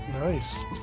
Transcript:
Nice